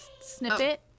snippet